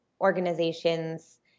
organizations